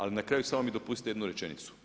Ali na kraju samo mi dopustite jednu rečenicu.